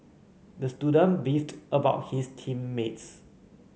the student beefed about his team mates